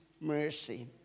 mercy